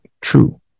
true